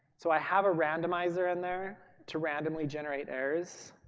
so i have a randomizer in there to randomly generate errors.